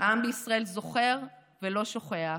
העם ישראל זוכר ולא שוכח.